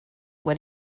what